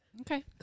Okay